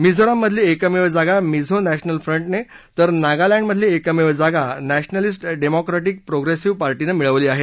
मिझोराममधली एकमेव जागा मिझो नॅशनल फ्रंटने तर नागालँडमधली एकमेव जागा नॅशनॅलिस्ट डेमॉक्रेटिक प्रोप्रेसिव्ह पार्टीने मिळवली आहे